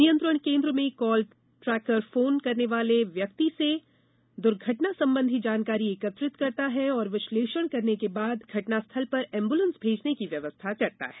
नियंत्रण केन्द्र में कॉल ट्रेकर फोन करने वाले व्यक्ति से दुर्घटना संबंधी जानकारी एकत्रित करता है और विश्लेषण करने के बाद घटना स्थल पर एम्बुलेंस भेजने की व्यवस्था करता है